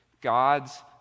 God's